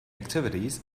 activities